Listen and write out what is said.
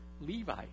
Levi